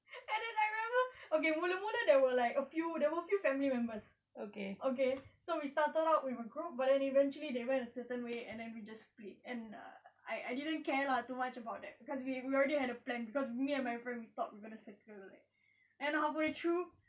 and then I remember okay mula-mula there were like a few there were a few family members okay so we started out with a group then eventually they went a certain way and then we just split and I I didn't care lah too much about that cause we we already had a plan cause me and my friend we thought we gonna circle like and halfway through